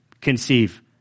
conceive